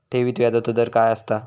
ठेवीत व्याजचो दर काय असता?